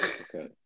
Okay